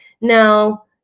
now